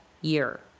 year